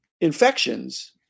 infections